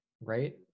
right